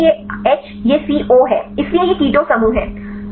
यहाँ देखें यह H यह CO है इसलिए यह केटो समूह है